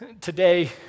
today